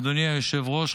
אדוני היושב-ראש,